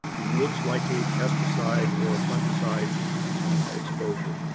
looks like a pesticide or a fungicide exposure.